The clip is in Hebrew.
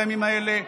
בימים האלה.